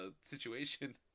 situation